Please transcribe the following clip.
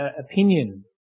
opinion